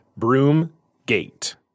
Broomgate